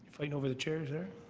fight over the chairs there.